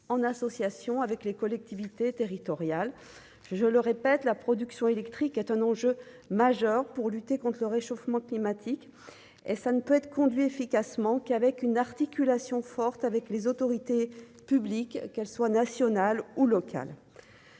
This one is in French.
en association avec les collectivités territoriales, que je le répète, la production électrique est un enjeu majeur pour lutter contre le réchauffement climatique et ça ne peut être conduit efficacement qu'avec une articulation forte avec les autorités publiques, qu'elle soit nationale ou locale.